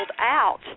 out